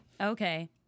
Okay